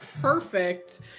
perfect